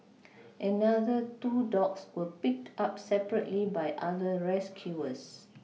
another two dogs were picked up separately by other rescuers